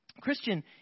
Christian